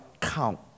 count